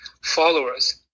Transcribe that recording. followers